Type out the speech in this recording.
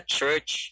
Church